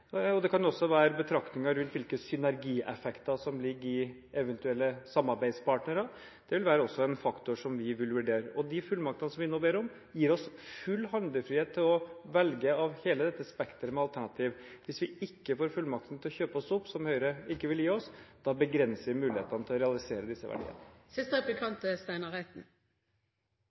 til. Det kan også være betraktninger rundt hvilke synergieffekter som ligger i eventuelle samarbeidspartnere. Det vil også være en faktor som vi vil vurdere. De fullmaktene vi nå ber om, gir oss full handlefrihet til å velge i hele dette spekteret av alternativer. Hvis vi ikke får fullmakten til å kjøpe oss opp, som Høyre ikke vil gi oss, begrenser vi mulighetene til å realisere disse verdiene.